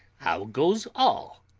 how goes all?